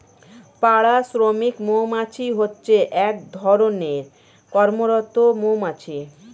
পাড়া শ্রমিক মৌমাছি হচ্ছে এক ধরণের কর্মরত মৌমাছি